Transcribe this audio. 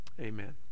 Amen